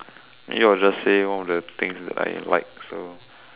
maybe I will just say one of the things that I like so